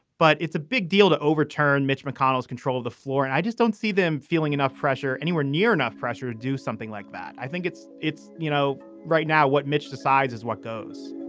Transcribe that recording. but it's a big deal to overturn mitch mcconnell's control of the floor. and i just don't see them feeling enough pressure anywhere near enough pressure to do something like that. i think it's it's you know, right now what mitch decides is what goes